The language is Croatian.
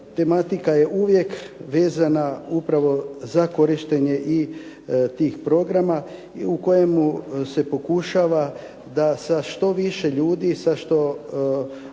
tematika je uvijek vezana upravo za korištenje i tih programa. I u kojemu se pokušava da sa što više ljudi, sa što